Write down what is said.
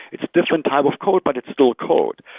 it's different type of code, but it's still code.